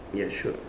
ya sure